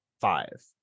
five